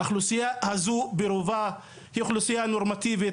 האוכלוסייה הזו ברובה היא אוכלוסייה נורמטיבית.